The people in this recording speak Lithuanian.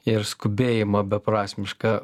ir skubėjimą beprasmišką